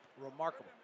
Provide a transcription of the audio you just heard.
remarkable